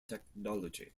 technology